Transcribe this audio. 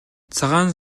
цагаан